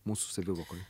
mūsų savivokoj